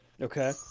Okay